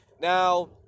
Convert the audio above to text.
Now